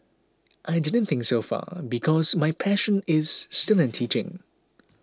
I didn't think so far because my passion is still in teaching